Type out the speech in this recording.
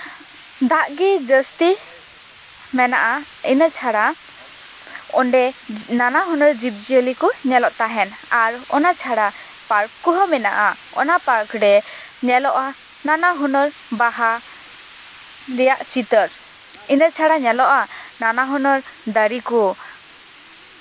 ᱫᱟᱜ ᱜᱮ ᱡᱟᱹᱥᱛᱤ ᱢᱮᱱᱟᱜᱼᱟ ᱤᱱᱟᱹ ᱪᱷᱟᱲᱟ ᱚᱸᱰᱮ ᱱᱟᱱᱟ ᱦᱩᱱᱟᱹᱨ ᱡᱤᱵᱽᱼᱡᱤᱭᱟᱹᱞᱤ ᱠᱚ ᱧᱮᱞᱚᱜ ᱛᱟᱦᱮᱱ ᱟᱨ ᱤᱱᱟᱹ ᱪᱷᱟᱲᱟ ᱯᱟᱨᱠ ᱠᱚᱦᱚᱸ ᱢᱮᱱᱟᱜᱼᱟ ᱚᱱᱟ ᱯᱟᱨᱠ ᱨᱮ ᱧᱮᱞᱚᱜᱼᱟ ᱱᱟᱱᱟ ᱦᱩᱱᱟᱹᱨ ᱵᱟᱦᱟ ᱨᱮᱭᱟᱜ ᱪᱤᱛᱟᱹᱨ ᱤᱱᱟᱹ ᱪᱷᱟᱲᱟ ᱧᱮᱞᱚᱜᱼᱟ ᱱᱟᱱᱟ ᱦᱩᱱᱟᱹᱨ ᱫᱟᱨᱮ ᱠᱚ